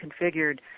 configured